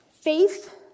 faith